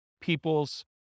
people's